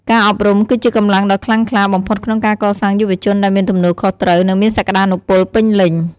ការអប់រំ គឺជាកម្លាំងដ៏ខ្លាំងក្លាបំផុតក្នុងការកសាងយុវជនដែលមានទំនួលខុសត្រូវ និងមានសក្តានុពលពេញលេញ។